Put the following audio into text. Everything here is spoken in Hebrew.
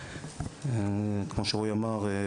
כמו שרועי אמר,